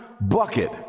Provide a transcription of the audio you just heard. bucket